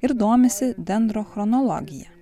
ir domisi dendrochronologija